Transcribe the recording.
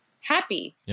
happy